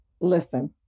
Listen